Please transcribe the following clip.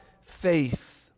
faith